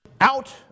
out